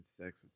sex